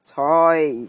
!choy!